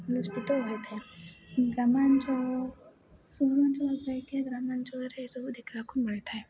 ଅନୁଷ୍ଠିତ ହୋଇଥାଏ ଗ୍ରାମାଞ୍ଚଳ ସହରାଞ୍ଚଳ ଗ୍ରାମାଞ୍ଚଳରେ ଏସବୁ ଦେଖିବାକୁ ମିଳିଥାଏ